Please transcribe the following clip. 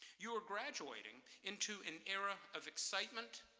you are graduating into an era of excitement,